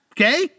Okay